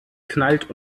knallt